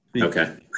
Okay